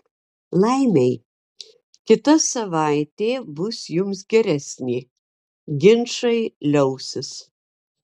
laimei kita savaitė bus jums geresnė ginčai liausis